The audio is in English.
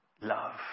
love